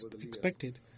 expected